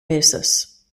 basis